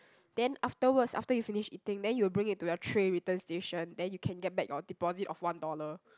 then afterwards after you finish eating then you'll bring it to your tray return station then you can get back your deposit of one dollar